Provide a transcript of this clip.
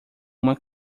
uma